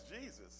Jesus